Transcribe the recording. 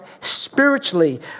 spiritually